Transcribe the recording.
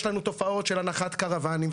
יש לנו תועפות של הנחת קרוונים,